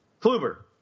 Kluber